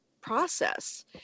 process